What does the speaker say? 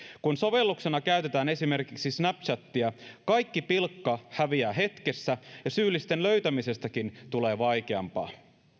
kun sovelluksena käytetään esimerkiksi snapchatia kaikki pilkka häviää hetkessä ja syyllisten löytämisestäkin tulee vaikeampaa